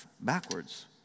backwards